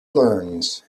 learns